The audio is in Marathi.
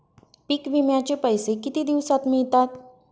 पीक विम्याचे पैसे किती दिवसात मिळतात?